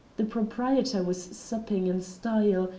the proprietor was supping in style,